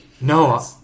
No